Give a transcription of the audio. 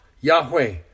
Yahweh